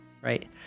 right